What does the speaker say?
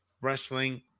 wrestling